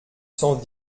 cent